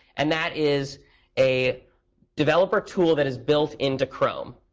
and that is a developer tool that is built into chrome.